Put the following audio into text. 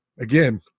again